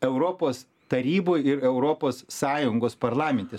europos taryboj ir europos sąjungos parlamente